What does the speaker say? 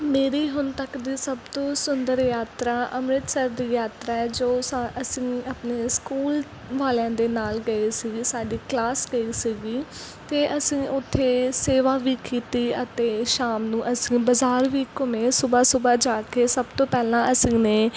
ਮੇਰੀ ਹੁਣ ਤੱਕ ਦੀ ਸਭ ਤੋਂ ਸੁੰਦਰ ਯਾਤਰਾ ਅੰਮ੍ਰਿਤਸਰ ਦੀ ਯਾਤਰਾ ਹੈ ਜੋ ਸ ਅਸੀਂ ਆਪਣੇ ਸਕੂਲ ਵਾਲਿਆਂ ਦੇ ਨਾਲ ਗਏ ਸੀਗੇ ਸਾਡੀ ਕਲਾਸ ਗਈ ਸੀਗੀ ਅਤੇ ਅਸੀਂ ਉੱਥੇ ਸੇਵਾ ਵੀ ਕੀਤੀ ਅਤੇ ਸ਼ਾਮ ਨੂੰ ਅਸੀਂ ਬਾਜ਼ਾਰ ਵੀ ਘੁੰਮੇ ਸੁਬਾ ਸੁਬਾ ਜਾ ਕੇ ਸਭ ਤੋਂ ਪਹਿਲਾਂ ਅਸੀਂ ਨੇ